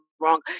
wrong